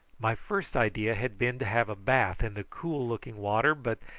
my first idea had been to have a bathe in the cool-looking water, but,